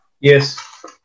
Yes